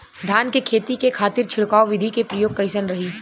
धान के खेती के खातीर छिड़काव विधी के प्रयोग कइसन रही?